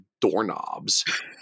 doorknobs